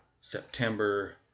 September